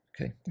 Okay